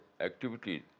activities